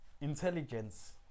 Intelligence